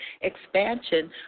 expansion